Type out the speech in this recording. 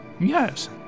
Yes